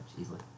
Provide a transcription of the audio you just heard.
easily